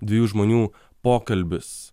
dviejų žmonių pokalbis